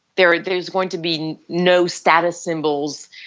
there there is going to be no status symbols,